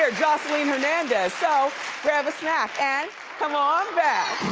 i mean hernandez, so grab a snack and come on back.